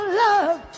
love